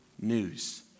news